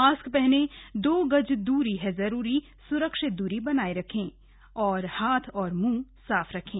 mask पहने दो गज दूरी है जरूरी स्रक्षित दूरी बनाए रखें हाथ और मुंह साफ रखें